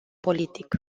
politic